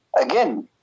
again